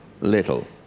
little